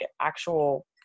actual